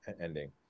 ending